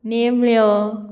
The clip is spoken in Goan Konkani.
नेम्ळ